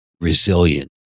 resilient